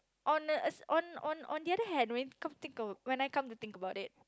on a on on on the other hand when come think oh when I come to think about it